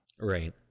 Right